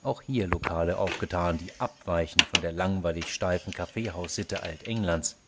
auch hier lokale aufgetan die abweichen von der langweiligsteifen kaffeehaussitte alt-englands